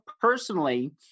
personally